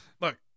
look